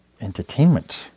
entertainment